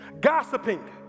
Gossiping